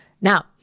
Now